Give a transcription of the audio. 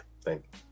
Thank